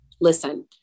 listen